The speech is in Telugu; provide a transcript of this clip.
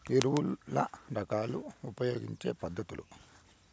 ఎరువుల రకాలు ఉపయోగించే పద్ధతులు?